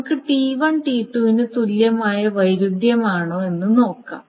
നമുക്ക് T1 T2 ന് തുല്യമായ വൈരുദ്ധ്യമാണോ എന്ന് നോക്കാം